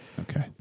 Okay